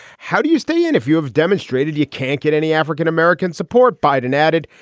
how do you stay in if you have demonstrated you can't get any african-american support? biden added.